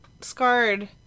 scarred